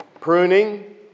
pruning